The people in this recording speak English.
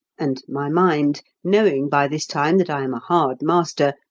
and my mind, knowing by this time that i am a hard master,